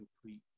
complete